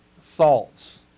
thoughts